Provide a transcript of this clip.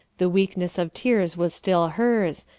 the weakness of tears was still hers,